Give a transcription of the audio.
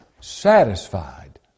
satisfied